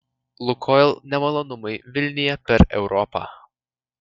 lukoil nemalonumai vilnija per europą